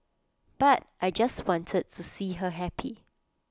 but I just wanted to see her happy